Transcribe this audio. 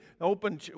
open